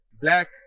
black